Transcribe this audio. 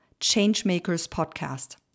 changemakerspodcast